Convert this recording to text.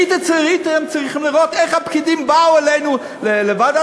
הייתם צריכים לראות איך הפקידים באו אלינו לוועדת